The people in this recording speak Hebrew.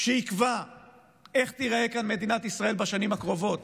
שיקבע איך תיראה כאן מדינת ישראל בשנים הקרובות,